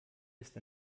ist